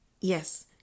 Yes